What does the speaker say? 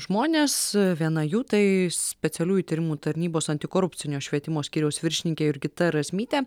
žmonės viena jų tai specialiųjų tyrimų tarnybos antikorupcinio švietimo skyriaus viršininkė jurgita razmytė